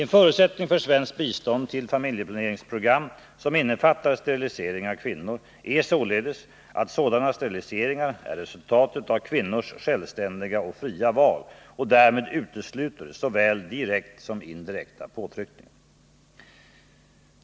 En förutsättning för svenskt bistånd till familjeplaneringsprogram, som innefattar sterilisering av kvinnor, är således att sådana steriliseringar är resultatet av kvinnors självständiga och fria val och därmed utesluter såväl direkta som indirekta påtryckningar.